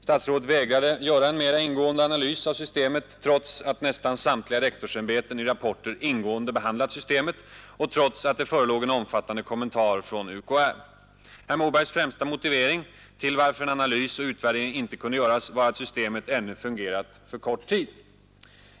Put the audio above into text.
Statsrådet vägrade att göra en mer ingående analys av systemet trots att nästan samtliga rektorsämbeten i rapporter ingående behandlat systemet och trots att det förelåg en omfattande kommentar från universitetskanslersämbetet. Herr Mobergs främsta motivering till att en analys och utvärdering inte kunde göras var att systemet ännu fungerat för kort tid.